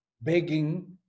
begging